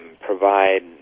provide